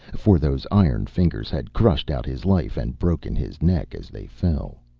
for those iron fingers had crushed out his life and broken his neck as they fell.